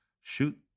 shoot